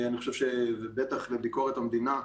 בטח לביקורת המדינה,